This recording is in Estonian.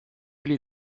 aga